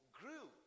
grew